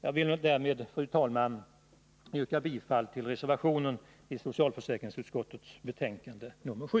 Jag vill därmed, fru talman, yrka bifall till reservationen i socialförsäkringsutskottets betänkande nr 7.